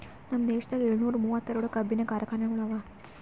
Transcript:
ನಮ್ ದೇಶದಾಗ್ ಏಳನೂರ ಮೂವತ್ತೆರಡು ಕಬ್ಬಿನ ಕಾರ್ಖಾನೆಗೊಳ್ ಅವಾ